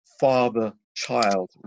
father-child